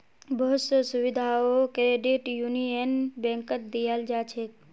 बहुत स सुविधाओ क्रेडिट यूनियन बैंकत दीयाल जा छेक